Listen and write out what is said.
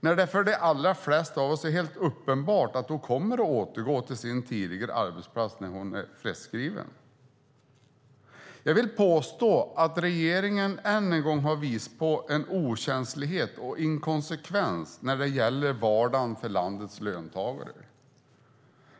när det för de allra flesta av oss är helt uppenbart att hon kommer att återgå till sin tidigare arbetsplats när hon är friskskriven. Jag vill påstå att regeringen än en gång har visat på en okänslighet och inkonsekvens när det gäller vardagen för landets löntagare.